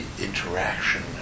interaction